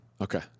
Okay